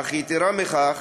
אך יתרה מכך,